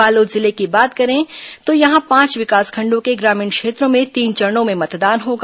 बालोद जिले की बात करें तो यहां पांच विकासखंडों के ग्रामीण क्षेत्रों में तीन चरणों में मतदान होगा